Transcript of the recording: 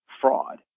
fraud